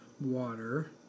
water